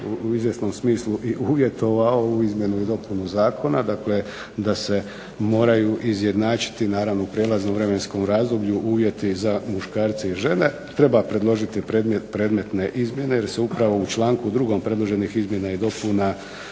u izvjesnom smislu i uvjetovao ovu izmjenu i dopunu zakona. Dakle, da se moraju izjednačiti naravno u prijelaznom vremenskom razdoblju uvjeti za muškarce i žene. Treba predložiti predmetne izmjene, jer se upravo u članku 2. predloženih izmjena i dopuna